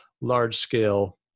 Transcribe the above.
large-scale